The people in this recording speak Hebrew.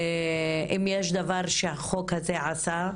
לאחר חוק הלאום, אם יש דבר שהחוק הזה עשה,